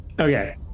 okay